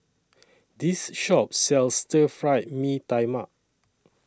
This Shop sells Stir Fried Mee Tai Mak